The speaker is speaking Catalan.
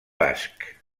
basc